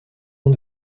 ans